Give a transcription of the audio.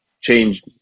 change